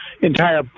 entire